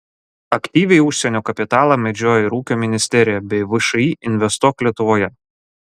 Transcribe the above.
aktyviai užsienio kapitalą medžioja ir ūkio ministerija bei všį investuok lietuvoje